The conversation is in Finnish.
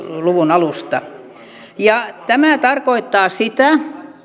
luvun alusta tämä tarkoittaa sitä